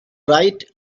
right